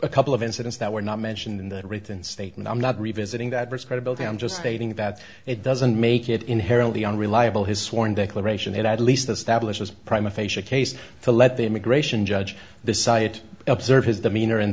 a couple of incidents that were not mentioned in the written statement i'm not revisiting that verse credibility i'm just stating that it doesn't make it inherently unreliable his sworn declaration at least establishes prime aphasia case to let the immigration judge the site observe his demeanor and